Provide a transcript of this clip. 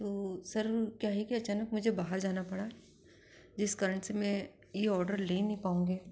तो सर क्या है कि अचानक मुझे बाहर जाना पड़ा जिस कारण से मैं यह ऑर्डर ले नहीं पाऊँगी